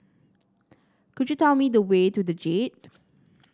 could you tell me the way to the Jade